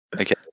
okay